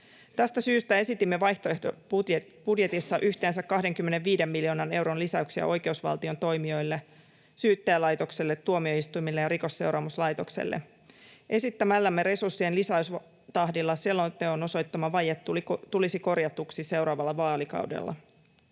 Tästä syystä esitimme vaihtoehtobudjetissa yhteensä 25 miljoonan euron lisäyksiä oikeusvaltion toimijoille, Syyttäjälaitokselle, tuomioistuimille ja Rikosseuraamuslaitokselle. Esittämällämme resurssien lisäystahdilla selonteon osoittama vaje tulisi korjatuksi seuraavalla vaalikaudella.